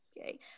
okay